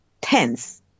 tense